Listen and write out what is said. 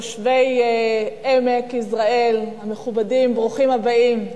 תושבי עמק יזרעאל המכובדים, ברוכים הבאים.